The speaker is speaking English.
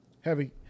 Heavy